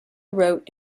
wrote